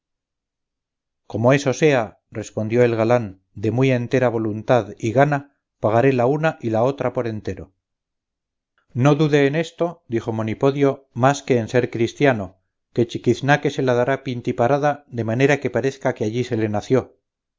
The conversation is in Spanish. como eso sea respondió el galán de muy entera voluntad y gana pagaré la una y la otra por entero no dude en esto dijo monipodio más que en ser cristiano que chiquiznaque se la dará pintiparada de manera que parezca que allí se le nació